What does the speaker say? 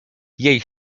jej